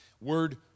Word